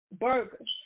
burgers